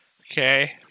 Okay